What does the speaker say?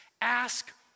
ask